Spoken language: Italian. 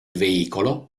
veicolo